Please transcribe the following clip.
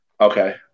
Okay